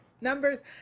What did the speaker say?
numbers